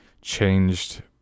changed